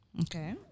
Okay